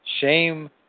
Shame